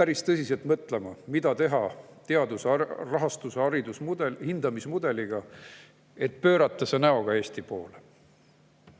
päris tõsiselt mõtlema, mida teha teadusrahastuse hindamise mudeliga, et pöörata see näoga Eesti poole.